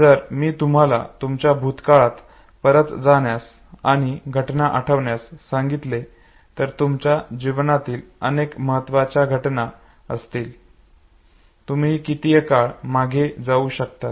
जर मी तुम्हाला तुमच्या भूतकाळात परत जाण्यास आणि घटना आठवण्यास सांगितले तर तुमच्या जीवनात अनेक महत्त्वाच्या घटना असतील तुम्ही कितीही काळ मागे जाऊ शकतात